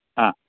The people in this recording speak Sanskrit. आ